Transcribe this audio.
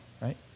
right